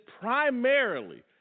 primarily